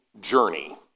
journey